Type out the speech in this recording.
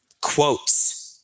quotes –